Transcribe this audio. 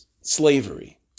slavery